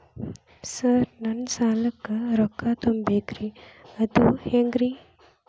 Sir ನನ್ನ ಸಾಲಕ್ಕ ರೊಕ್ಕ ತುಂಬೇಕ್ರಿ ಅದು ಹೆಂಗ್ರಿ?